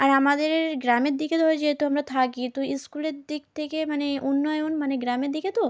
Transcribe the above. আর আমাদের গ্রামের দিকে ধর যেহেতু আমরা থাকি তো স্কুলের দিক থেকে মানে উন্নয়ন মানে গ্রামের দিকে তো